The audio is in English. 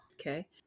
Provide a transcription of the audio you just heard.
okay